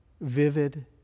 vivid